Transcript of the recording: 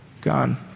Gone